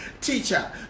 Teacher